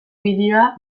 bideoa